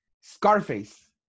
Scarface